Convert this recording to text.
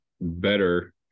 better